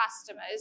customers